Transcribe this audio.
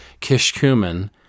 Kishkumen